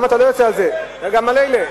למה אתה לא יוצא על זה וגם על אלה?